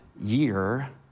year